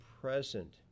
present